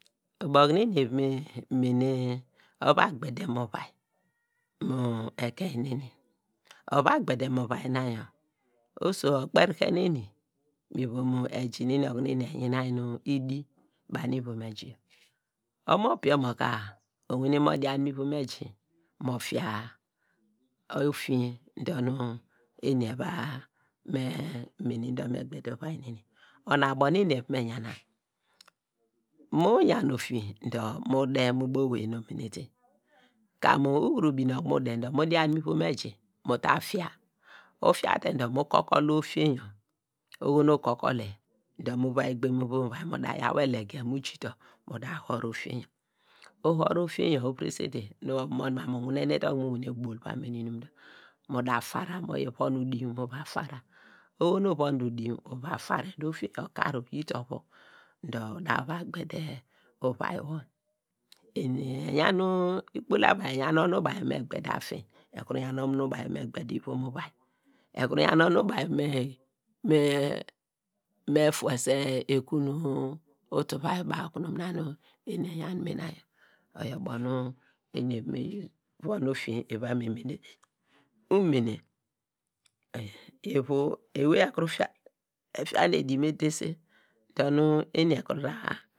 Ubo tunu eni eva me mene ova gbedem uvia oso okperiken eni mi ivom eji neni okunu eni eyani i di banu ivom eji yor opiny omo ka owane mo midian ivom eji mo fia ofinye dor nu gbede uvia neni ona ubo nu eni eva me yan na, uyan ofinye dor, mu de mu ubo owei nu omenete, kemu ukuru bine okunu mu de dor mu dian mu ivom eji mu ta fia. Ufia te dor mu kokolla ofinye yor. Oho nu ukokol le do mu va yi gbe mu ivom uvia mu da yaw elege mu ja uto mu da hur`a ofinye hor, uhur` ofinye yor uvirese nu umonde mam mu, owinenete okunu mu bu a ne bol va mene inum dor, mu da fara. Uvon de udwin uva fareh dor ofinye okarboyi te ovu dor uda va gbede uvai wor, eni eyan nu, ikpol avia eyan onu eva me gbede afin, ekuru yan onu ban eva me gbede ivom uvai, ekuru yan onu baw eva me me fuese ekun utuovai baw okunu mina, nu eni eyan mina yor, oyor ubo nu eru evon ofinye eva me mene umene, ivu ekuru fian edi me dese dor nu eni ekuru da.